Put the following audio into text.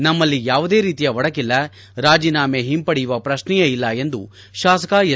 ನಮ್ದಲ್ಲಿ ಯಾವುದೇ ರೀತಿಯ ಒಡಕ್ಕಲ್ಲ ರಾಜೀನಾಮೆ ಹಿಂಪಡೆಯುವ ಪ್ರಕ್ಷೆಯೇ ಇಲ್ಲ ಎಂದು ಶಾಸಕ ಎಸ್